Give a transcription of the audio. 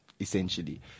essentially